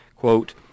Quote